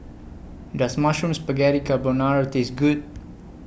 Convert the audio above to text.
Does Mushroom Spaghetti Carbonara Taste Good